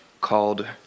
called